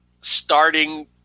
starting